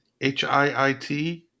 H-I-I-T